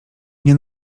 nie